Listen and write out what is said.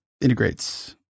integrates